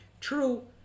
True